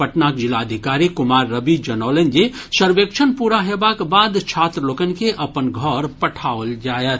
पटनाक जिलाधिकारी कुमार रवि जनौलनि जे सर्वेक्षण पूरा हेबाक बाद छात्र लोकनि के अपन घर पठाओल जायत